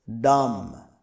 Dumb